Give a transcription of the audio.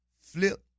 Flip